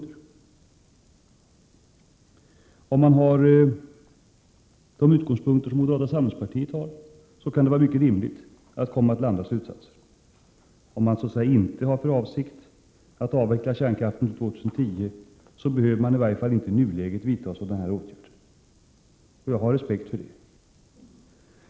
Men om man har de utgångspunkter som moderata samlingspartiet har kan det vara rimligt att komma till andra slutsatser. Om man inte har för avsikt att avveckla kärnkraften år 2010 behöver man inte, i varje fall inte i nuläget, vidta åtgärder av detta slag. Jag har respekt för det.